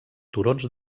turons